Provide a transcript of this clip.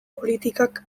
politikak